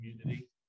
community